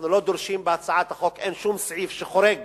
אנחנו לא דורשים בהצעת החוק, אין שום סעיף שחורג